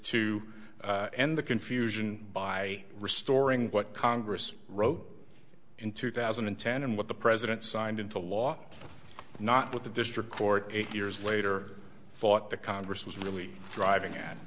to end the confusion by restoring what congress wrote in two thousand and ten and what the president signed into law not what the district court eight years later fought the congress was really driving at